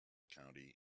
county